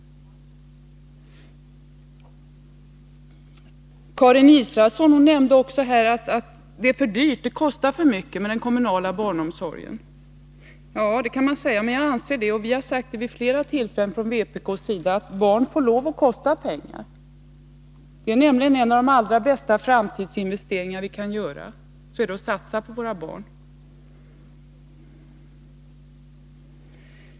Karin Israelsson nämnde här att den kommunala barnomsorgen kostar för mycket. Det kan man säga, men vi har från vpk vid flera tillfällen framhållit att barn får kosta pengar. En av de allra bästa framtidsinvesteringar vi kan göra är nämligen att satsa på våra barn.